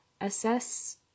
assess